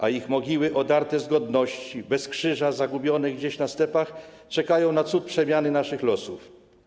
A mogiły odarte z godności, bez krzyża, zagubione gdzieś na stepach czekają na cud przemiany naszych losów.